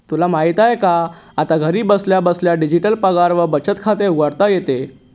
तुला माहित आहे का? आता घरी बसल्या बसल्या डिजिटल पगार व बचत खाते उघडता येते